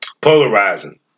Polarizing